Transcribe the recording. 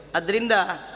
Adrinda